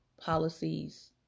policies